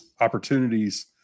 opportunities